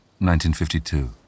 1952